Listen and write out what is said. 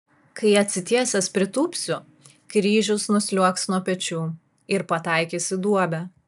kai atsitiesęs pritūpsiu kryžius nusliuogs nuo pečių ir pataikys į duobę